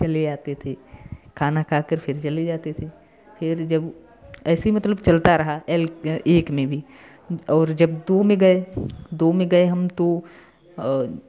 चले आते थे खाना खाकर फिर चले जाते थे फिर जब ऐसेही मतलब चलता रहा एल एक में भी और जब दो में गए दो में गए हम तो